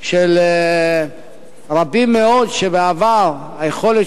של השכלה אקדמית לרבים מאוד שבעבר היכולת